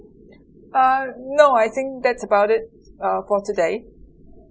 uh no I think that's about it uh for today